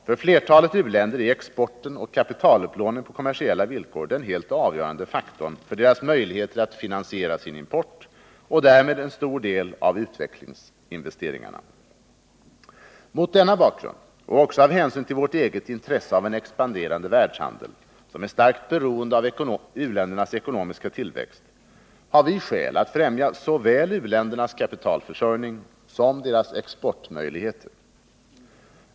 För flertalet u-länder är exporten och kapitalupplåning på kommersiella villkor helt avgörande faktorer för deras möjligheter att finansiera sin import och därmed en stor del av utvecklingsinvesteringarna. Mot denna bakgrund — och också av hänsyn till vårt eget intresse av en expanderande världshandel, som är starkt beroende av u-ländernas ekonomiska tillväxt — har vi skäl att främja så väl u-ländernas kapitalförsörjning som deras exportmöjligheter.